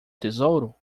tesouro